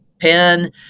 pen